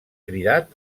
cridat